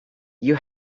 you